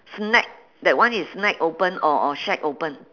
snack that one is snack open or or shack open